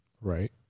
Right